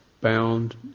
bound